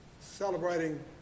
celebrating